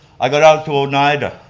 i go out to oneida,